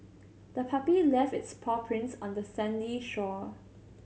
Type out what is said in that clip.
the puppy left its paw prints on the sandy shore